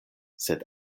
sed